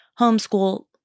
homeschool